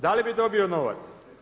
Da li bi dobio novac?